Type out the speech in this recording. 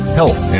health